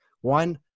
one